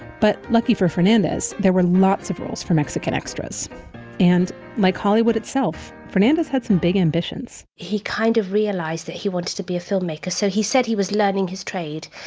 but lucky for fernandez, there were lots of roles for mexican extras and mike hollywood itself. fernandez had some big ambitions he kind of realized that he wanted to be a filmmaker. so he said he was letting his trade.